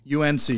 UNC